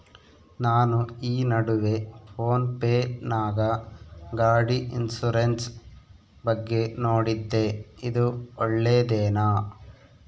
ನಾನು ಈ ನಡುವೆ ಫೋನ್ ಪೇ ನಾಗ ಗಾಡಿ ಇನ್ಸುರೆನ್ಸ್ ಬಗ್ಗೆ ನೋಡಿದ್ದೇ ಇದು ಒಳ್ಳೇದೇನಾ?